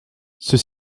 ceux